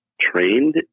trained